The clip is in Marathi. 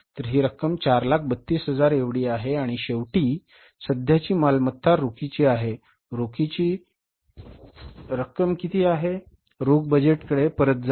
तर ही रक्कम 432000 एवढी आहे आणि शेवटी शेवटची सध्याची मालमत्ता रोखीची आहे रोखीची रक्कम किती आहे रोख बजेटकडे परत जा